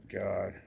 God